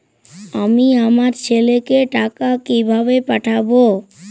আমি আমার ছেলেকে টাকা কিভাবে পাঠাব?